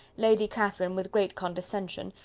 lady catherine, with great condescension,